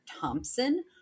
Thompson